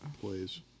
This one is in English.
plays